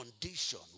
condition